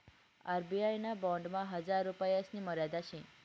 RBI ना बॉन्डमा हजार रुपयासनी मर्यादा शे